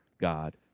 God